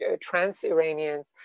trans-Iranians